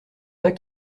pas